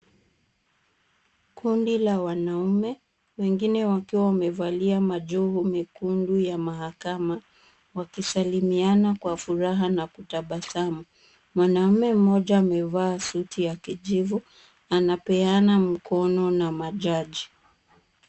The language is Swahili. Kundi la wanaume, wengine wakiwa wamevalia majoho mekundu ya mahakama, wakisalimiana kwa furaha na kutabasamu. Mwanamme mmoja amevaa suti ya kijivu, anapeana mkono na majaji.